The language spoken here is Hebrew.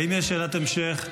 האם יש שאלת המשך?